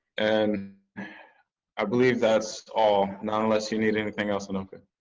and i believe that's all. not unless you need anything else, anoka?